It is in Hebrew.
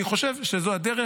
אני חושב שזו הדרך.